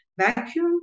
vacuum